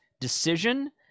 decision